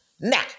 now